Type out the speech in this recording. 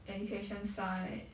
education site